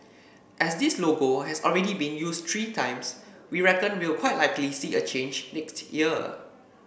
as this logo has already been used three times we reckon we'll quite likely see a change next year